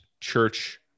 church